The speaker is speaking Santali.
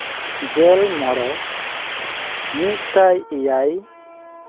ᱜᱮᱞ ᱢᱚᱬᱮ ᱢᱤᱫ ᱥᱟᱭ ᱮᱭᱟᱭ